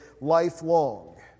lifelong